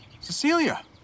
Cecilia